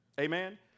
Amen